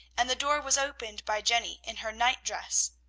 and the door was opened by jenny, in her nightdress.